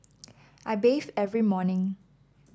I bathe every morning